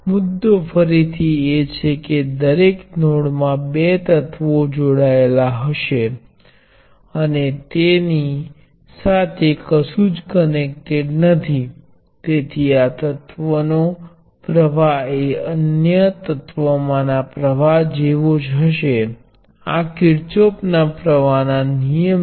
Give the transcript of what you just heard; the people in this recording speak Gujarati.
હવે આ કદાચ પરિણામ છે કે તમારામાંના દરેકને પરિચિત છે જો મેં તમને અવરોધનું શ્રેણીબદ્ધ સંયોજન આપ્યું અને તમને કુલ અવરોધ માટે પૂછ્યું તો તમે તરત જ કેટલાક સૂત્રો સાથે પાછા આવશો